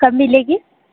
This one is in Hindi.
कब मिलेगी